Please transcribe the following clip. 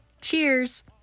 Cheers